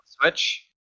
Switch